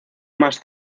más